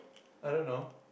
I don't know